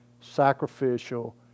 sacrificial